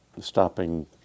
stopping